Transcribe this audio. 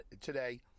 today